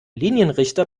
linienrichter